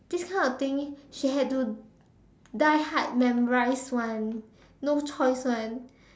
this kind of thing she had to die hard memorize [one] no choice [one]